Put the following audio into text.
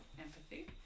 empathy